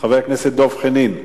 חבר הכנסת דב חנין,